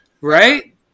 Right